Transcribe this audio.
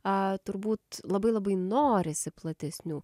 a turbūt labai labai norisi platesnių